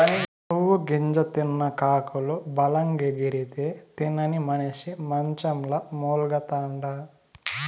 నువ్వు గింజ తిన్న కాకులు బలంగెగిరితే, తినని మనిసి మంచంల మూల్గతండా